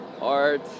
Art